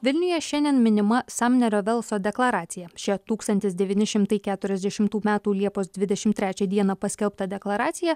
vilniuje šiandien minima samnerio velso deklaracija šia tūkstantis devyni šimtai keturiasdešimtų metų liepos dvidešim trečią dieną paskelbta deklaracija